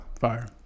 Fire